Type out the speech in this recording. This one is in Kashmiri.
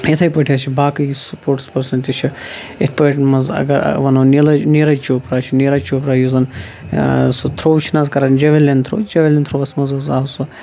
یِتھٕے پٲٹھۍ حظ چھِ باقٕے سپوٹٕس پٔرسن تہِ چھِ یِتھ پٲٹھۍ منٛز اگر ونو نیٖلج نیٖرَج چوپرا چھُ نیٖرَج چوپرا یُس زن سُہ تھُرو چھِ نہ حظ کَران جُویلِین تھُرو جُویلِیَن تھُروس اوس او سُہ